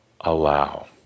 allow